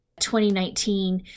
2019